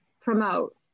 promote